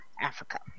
Africa